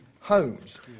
homes